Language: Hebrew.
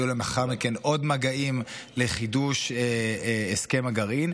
היו אחר כך עוד מגעים לחידוש הסכם הגרעין,